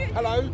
Hello